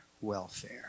welfare